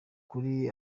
kuri